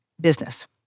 business